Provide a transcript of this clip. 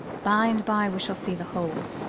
by and by we shall see the whole.